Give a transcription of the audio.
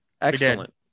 Excellent